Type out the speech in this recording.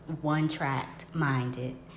one-tracked-minded